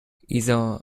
isa